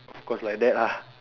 of course like that lah